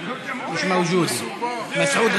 מיש מווג'ודה,